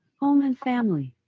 home and family,